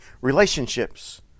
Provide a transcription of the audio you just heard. Relationships